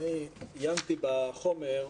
עיינתי בחומר,